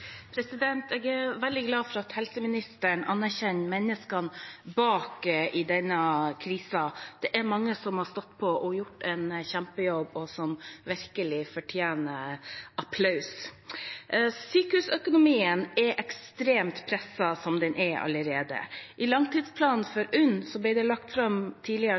Jeg er veldig glad for at helseministeren anerkjenner menneskene bak i denne krisen. Det er mange som har stått på og gjort en kjempejobb, og som virkelig fortjener applaus. Sykehusøkonomien er allerede ekstremt presset som den er. I langtidsplanen for UNN ble det tidligere denne måneden lagt fram